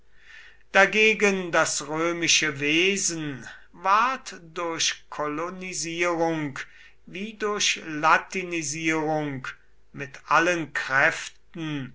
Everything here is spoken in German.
dagegen das römische wesen ward durch kolonisierung wie durch latinisierung mit allen kräften